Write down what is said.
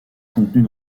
contenus